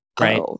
Right